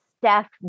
Steph